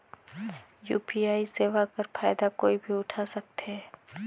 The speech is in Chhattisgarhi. यू.पी.आई सेवा कर फायदा कोई भी उठा सकथे?